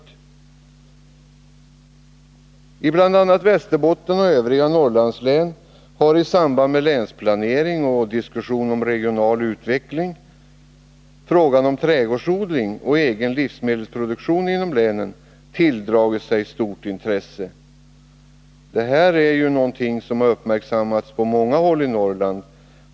I bl.a. Västerbotten och övriga Norrlandslän har i samband med länsplanering och diskussion om regional utveckling frågan om trädgårdsodling och egen livsmedelsproduktion inom länen tilldragit sig stort intresse. Detta har uppmärksammats på många håll i Norrland.